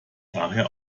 daher